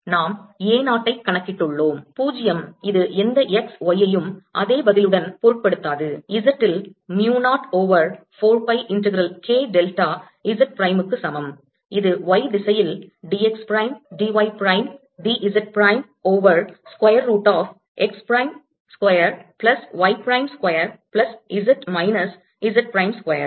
நாம் A 0 ஐக் கணக்கிட்டுள்ளோம் 0 இது எந்த x y ஐயும் அதே பதிலுடன் பொருட்படுத்தாது Z இல் mu 0 over 4 pi integral K delta Z பிரைமுக்கு சமம் இது y திசையில் d x பிரைம் d y பிரைம் d Z பிரைம் over square root of x பிரைம் ஸ்கொயர் பிளஸ் y பிரைம் square plus z minus Z பிரைம் ஸ்கொயர்